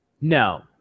No